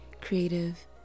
creative